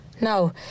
No